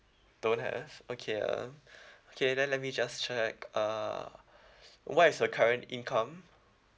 don't have okay uh okay then let me just check uh what is your current income